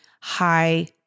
high